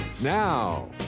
Now